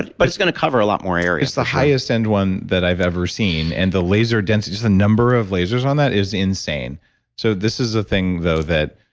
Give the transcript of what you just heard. but it's going to cover a lot more area it's the highest end one that i've ever seen, and the laser density, the number of lasers on that is insane so, this is a thing, though, that.